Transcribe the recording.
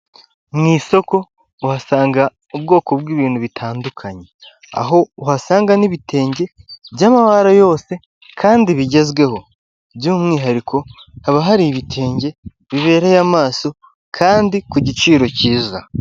Mu isoko uhasanga ubwoko bw'ibintu bitandukanye aho uhasanga n'ibitenge by'amabara yose kandi bigezweho by'umwihariko haba hari ibitenge bibereye amaso kandi ku giciro cyiza.